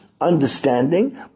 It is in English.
understanding